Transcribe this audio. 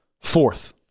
Fourth